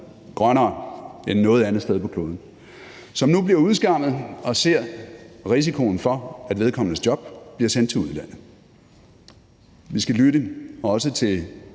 grønnere end noget andet sted på kloden, og som nu bliver udskammet og ser risikoen for, at vedkommendes job bliver sendt til udlandet. Vi skal lytte også til